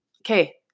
okay